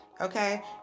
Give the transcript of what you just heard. okay